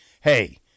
hey